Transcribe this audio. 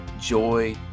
joy